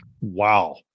Wow